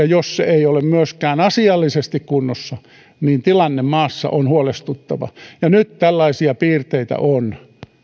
jos se ei ole myöskään asiallisesti kunnossa niin tilanne maassa on huolestuttava ja nyt tällaisia piirteitä on